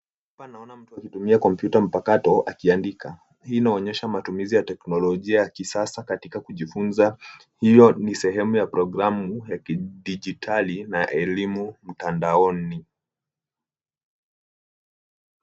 Hapa naona mtu akitumia kompyuta mpakato akiandika. Hii inaonyesha matumizi ya teknolojia ya kisasa, katika kujifunza. Hio ni sehemu ya programu ya kidijitali na elimu mtandaoni.